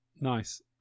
nice